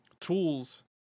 tools